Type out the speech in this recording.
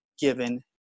given